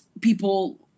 people